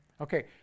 Okay